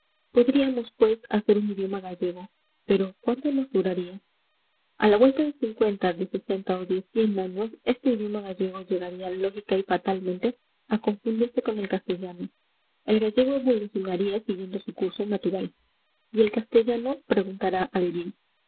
podríamos pues hacer un idioma gallego pero cuánto nos duraría a la vuelta de cincuenta de sesenta o de cien años este idioma gallego llegaría lógica y fatalmente a confundirse con el castellano el gallego evolucionaría siguiendo su curso natural y el castellano preguntará alguien